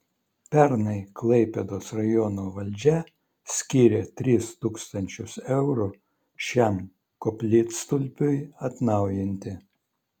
pernai klaipėdos rajono valdžia skyrė tris tūkstančius eurų šiam koplytstulpiui atnaujinti